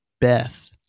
Beth